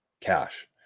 cash